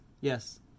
yes